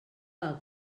del